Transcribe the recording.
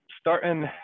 starting